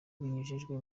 binyujijwe